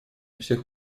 всех